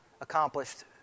accomplished